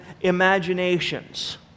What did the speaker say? imaginations